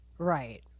Right